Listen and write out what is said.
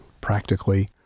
practically